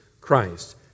Christ